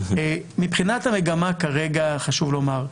מבחינת המגמה כרגע, חשוב לומר,